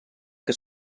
que